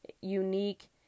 unique